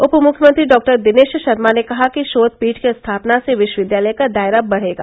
उप मुख्यमंत्री डॉक्टर दिनेश शर्मा ने कहा कि शोध पीठ की स्थापना से विश्वविद्यालय का दायरा बढेगा